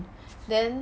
then